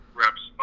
reps